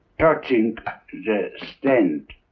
touching the stand.